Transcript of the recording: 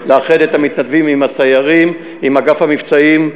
לאחד את המתנדבים עם הסיירים עם אגף המבצעים,